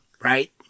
right